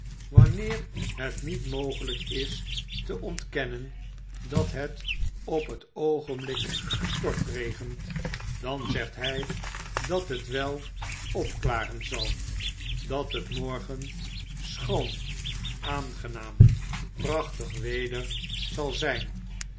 wanneer het niet mogelyk is te ontkennen dat het op t oogenblik stortregent dan zegt hy dat het wel opklaren zal dat het morgen schoon aangenaam prachtig weder zal zijn